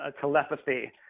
telepathy